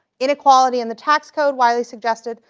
inequality in the tax code, willey so insisted,